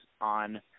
on